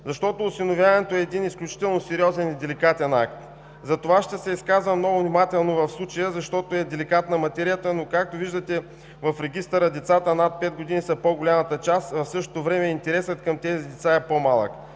възраст? Осиновяването е един изключително сериозен и деликатен акт, затова ще се изказвам много внимателно в случая, защото материята е деликатна, но, както виждате, в Регистъра децата над 5 години са по-голямата част, а в същото време интересът към тези деца е по-малък.